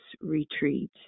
retreat